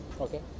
Okay